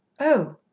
Oh